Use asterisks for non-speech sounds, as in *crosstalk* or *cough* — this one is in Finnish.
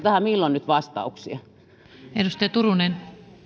*unintelligible* tähän nyt saisi vastauksia